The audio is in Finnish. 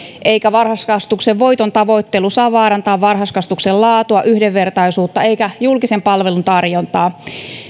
eikä varhaiskasvatuksen voitontavoittelu saa vaarantaa varhaiskasvatuksen laatua yhdenvertaisuutta eikä julkisen palvelun tarjontaa